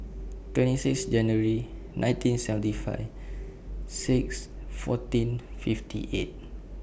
twenty six January nineteen seventy five six fourteen fifty eight